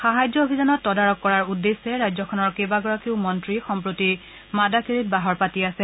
সাহায্য অভিযানত তদাৰক কৰাৰ উদ্দেশ্যে ৰাজ্যখনৰ কেইবাগৰাকীও মন্ত্ৰী সম্প্ৰতি মাডাকেৰীত বাহৰ পাতি আছে